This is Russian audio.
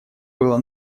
было